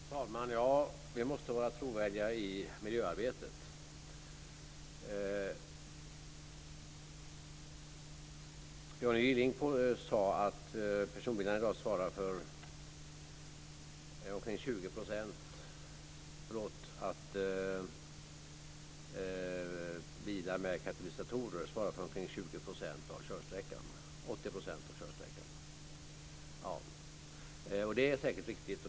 Fru talman! Ja, vi måste vara trovärdiga i miljöarbetet. Johnny Gylling sade att bilar med katalysatorer i dag svarar för ungefär 80 % av körsträckan. Det är säkert riktigt.